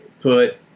put